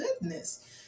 goodness